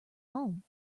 home